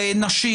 של נשים,